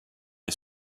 est